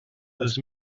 els